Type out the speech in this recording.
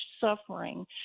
suffering